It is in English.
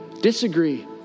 disagree